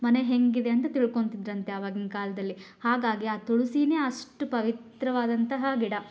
ಮನೆ ಹೇಗಿದೆ ಅಂತ ತಿಳ್ಕೊಳ್ತಿದ್ರಂತೆ ಆವಾಗಿನ ಕಾಲದಲ್ಲಿ ಹಾಗಾಗಿ ಆ ತುಳಸಿನೇ ಅಷ್ಟು ಪವಿತ್ರವಾದಂತಹ ಗಿಡ